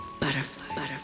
butterfly